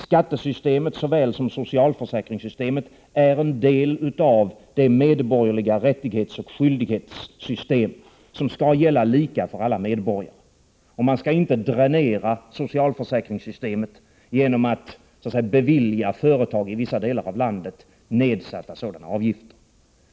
Skattesystemet såväl som socialförsäkringssystemet är delar av det medborgerliga rättighetsoch skyldighetssystem som skall gälla lika för alla medborgare. Man skall inte dränera socialförsäkringssystemet genom att bevilja företag i vissa delar av landet nedsatta sådana avgifter.